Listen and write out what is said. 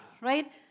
Right